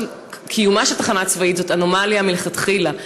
קיומה של תחנה צבאית זו אנומליה מלכתחילה,